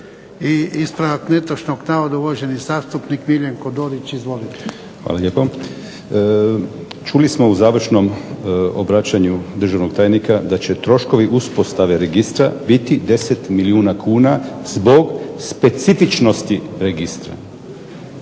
I ispravak netočnog navoda, uvaženi zastupnik Miljenko Dorić. Izvolite. **Dorić, Miljenko (HNS)** Hvala lijepo. Čuli smo u završnom obraćanju državnog tajnika da će troškovi uspostave registra biti 10 milijuna kuna zbog specifičnosti registra.